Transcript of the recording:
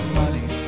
money